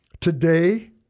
today